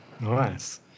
Nice